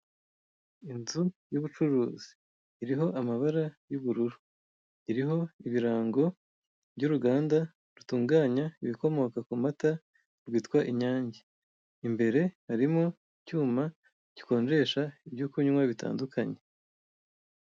Inzu y'ubucuruzi iriho amabara y'ubururu. Iriho ibirango by'uruganda rutunganya ibikomoka ku mata, rwitwa inyange. Imbere harimo icyuma gikonjesha ibyokunywa, bitandukanye.